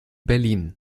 berlin